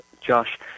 Josh